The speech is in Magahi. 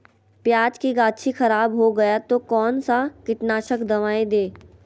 प्याज की गाछी खराब हो गया तो कौन सा कीटनाशक दवाएं दे?